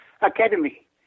academy